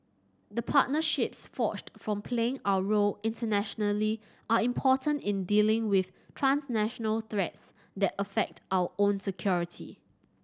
the partnerships forged from playing our role internationally are important in dealing with transnational threats that affect our own security